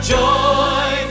joy